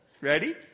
Ready